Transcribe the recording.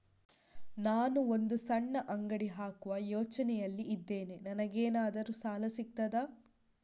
ನಾನು ಒಂದು ಸಣ್ಣ ಅಂಗಡಿ ಹಾಕುವ ಯೋಚನೆಯಲ್ಲಿ ಇದ್ದೇನೆ, ನನಗೇನಾದರೂ ಸಾಲ ಸಿಗ್ತದಾ?